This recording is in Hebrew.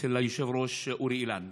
אצל היושב-ראש אורי אילן.